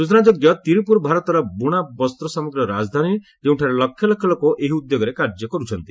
ସୂଚନାଯୋଗ୍ୟ ତିରୁପୁର ଭାରତର ବୁଣା ବସ୍ତସାମଗ୍ରୀର ରାଜଧାନୀ ଯେଉଁଠାରେ ଲକ୍ଷ ଲକ୍ଷ ଲୋକ ଏହି ଉଦ୍ୟୋଗରେ କାର୍ଯ୍ୟ କରୁଛନ୍ତି